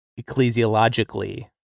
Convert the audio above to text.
ecclesiologically